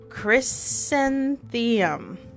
chrysanthemum